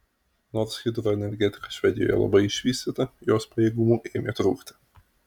nors hidroenergetika švedijoje labai išvystyta jos pajėgumų ėmė trūkti